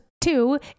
two